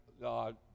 God